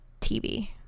TV